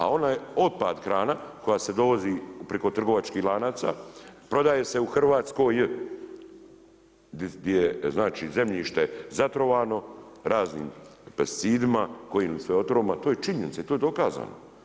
A onaj otpad hrana koja se dovozi preko trgovačkih lanaca prodaje se u Hrvatskoj, gdje je znači zemljište zatrovano raznim pesticidima, kojim sve otrovima, to je činjenica i to je dokazano.